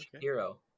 hero